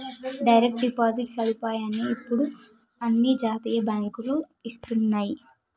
direct deposit సదుపాయాన్ని ఇప్పుడు అన్ని జాతీయ బ్యేంకులూ ఇస్తన్నయ్యి